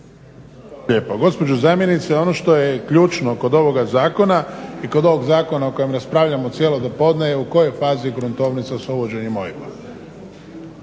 lijepa. Gospođo zamjenice, ono što je ključno kod ovog zakona i kod ovog zakona o kojem raspravljamo cijelo dopodne, u kojoj je fazi gruntovnica s uvođenjem OIB-a.